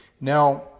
Now